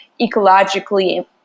ecologically